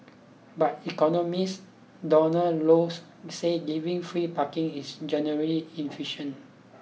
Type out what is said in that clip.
but economist Donald Low said giving free parking is generally inefficient